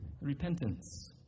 repentance